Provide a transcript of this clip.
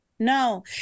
No